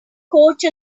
couch